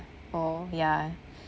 oh ya